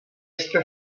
jste